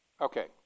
Okay